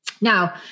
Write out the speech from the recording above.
Now